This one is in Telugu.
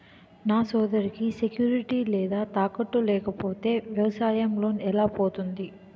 నా సోదరికి సెక్యూరిటీ లేదా తాకట్టు లేకపోతే వ్యవసాయ లోన్ ఎలా పొందుతుంది?